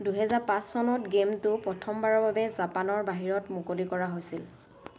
দুহেজাৰ পাঁচ চনত গেমটো প্ৰথমবাৰৰ বাবে জাপানৰ বাহিৰত মুকলি কৰা হৈছিল